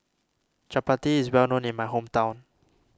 Chapati is well known in my hometown